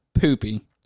poopy